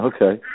Okay